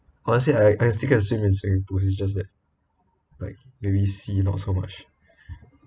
honestly I I still can swim in swimming pools just that like maybe sea not so much